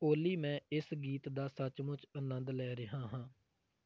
ਓਲੀ ਮੈਂ ਇਸ ਗੀਤ ਦਾ ਸੱਚਮੁੱਚ ਆਨੰਦ ਲੈ ਰਿਹਾ ਹਾਂ